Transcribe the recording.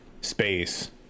space